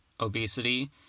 obesity